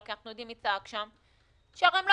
כי אנחנו יודעים מי צעק שם; שהרי הם לא